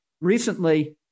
recently